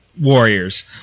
Warriors